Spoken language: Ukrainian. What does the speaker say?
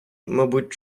мабуть